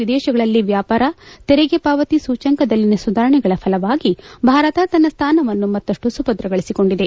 ಎದೇಶಿಗಳಲ್ಲಿ ವ್ಯಾಪಾರ ತೆರಿಗೆ ಪಾವತಿ ಸೂಚ್ಚಂಕದಲ್ಲಿನ ಸುಧಾರಣೆಗಳ ಫಲವಾಗಿ ಭಾರತ ತನ್ನ ಸ್ಥಾನವನ್ನು ಮತ್ತಪ್ಪು ಸುಭದ್ರಗೊಳಿಸಿಕೊಂಡಿದೆ